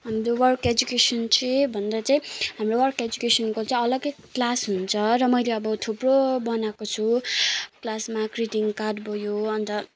हाम्रो work education चाहिँ भन्दा चाहिँ हाम्रो वर्क एदुकेसनको चाहिँ अलग्गै क्लास हुन्छ र मैले अब थुप्रो बनाएको छु क्लासमा ग्रिटिङ कार्ड भयो अन्त